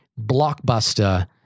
blockbuster